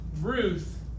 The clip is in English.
Ruth